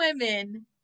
women